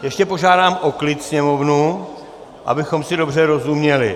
Ještě požádám o klid sněmovnu, abychom si dobře rozuměli.